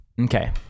Okay